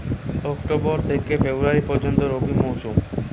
October থেকে February পর্যন্ত রবি মৌসুম